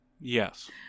Yes